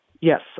yes